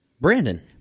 Brandon